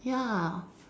ya